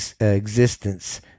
existence